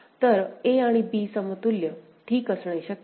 तर a आणि b समतुल्य असणे शक्य नाही